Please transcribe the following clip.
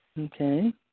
Okay